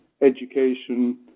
education